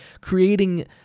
creating